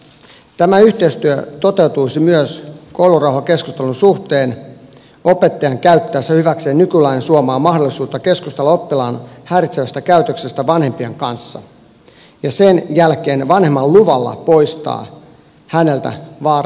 tämä yhteistyö toteutuisi myös koulurauhakeskustelun suhteen opettajan käyttäessä hyväkseen nykylain suomaa mahdollisuutta keskustella oppilaan häiritsevästä käytöksestä vanhempien kanssa ja sen jälkeen vanhemman luvalla poistaa häneltä vaarallinen esine